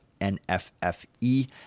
NFFE